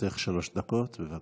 לרשותך שלוש דקות, בבקשה.